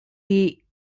die